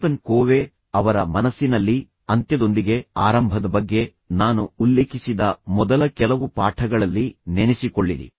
Stephen Covey ಅವರ ಮನಸ್ಸಿನಲ್ಲಿ ಅಂತ್ಯದೊಂದಿಗೆ ಆರಂಭದ ಬಗ್ಗೆ ನಾನು ಉಲ್ಲೇಖಿಸಿದ ಮೊದಲ ಕೆಲವು ಪಾಠಗಳಲ್ಲಿ ನೆನೆಸಿಕೊಳ್ಳಿರಿ